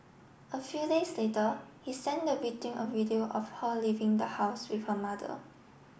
a few days later he sent the victim a video of her leaving the house with her mother